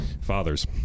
Fathers